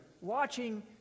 watching